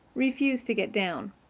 refused to get down.